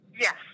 Yes